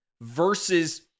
versus